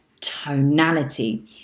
tonality